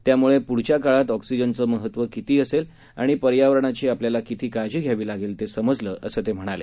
त्यामुळे पुढच्या काळात ऑक्सिजनचं किती महत्व असेल आणि पर्यावरणाची आपल्याला किती काळजी घ्यावी लागणार आहे ते समजलं असं ते म्हणाले